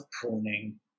pruning